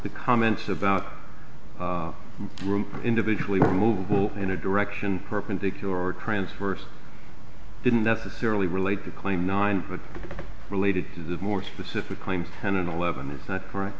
the comments about group individually move in a direction perpendicular or transfers didn't necessarily relate to claim nine related to the more specific claim ten and eleven is not correct